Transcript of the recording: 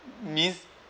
means